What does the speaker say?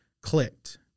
clicked